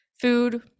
food